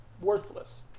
worthless